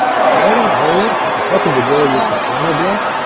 file hole, which a second ago used a single block,